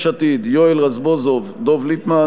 יש עתיד: יואל רזבוזוב ודב ליפמן.